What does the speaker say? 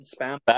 spam